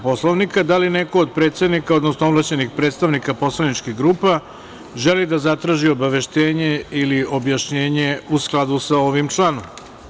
Poslovnika, da li neko od predsednika, odnosno ovlašćenih predstavnika poslaničkih grupa želi da zatraži obaveštenje ili objašnjenje u skladu sa ovim članom?